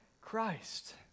Christ